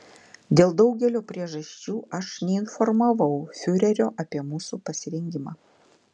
dėl daugelio priežasčių aš neinformavau fiurerio apie mūsų pasirengimą